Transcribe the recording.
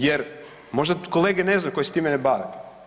Jer možda kolege ne znaju koje se time ne bave.